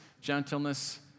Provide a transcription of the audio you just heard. gentleness